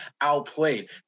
outplayed